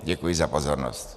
Děkuji za pozornost.